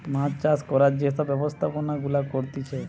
মাছ চাষ করার যে সব ব্যবস্থাপনা গুলা করতিছে